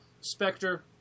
Spectre